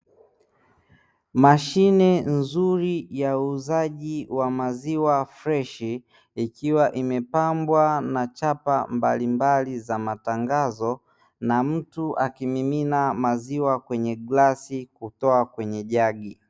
Mashine nzuri ya uuzaji wa maziwa freshi ikiwa imepambwa na chapa mbalimbali za matangazo, na mtu akimimina maziwa kwenye glasi kutika kwenye jagi.